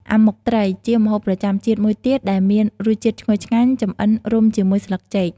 អាម៉ុកត្រី ជាម្ហូបប្រចាំជាតិមួយទៀតដែលមានរសជាតិឈ្ងុយឆ្ងាញ់ ចម្អិនរុំជាមួយស្លឹកចេក ។